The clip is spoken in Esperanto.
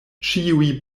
ĉiuj